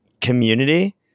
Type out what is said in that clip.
community